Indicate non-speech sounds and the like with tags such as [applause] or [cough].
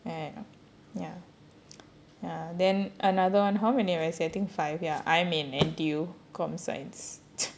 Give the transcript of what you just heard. ya ya ya then another one how many have I said I think five ya I'm in N_T_U com science [noise]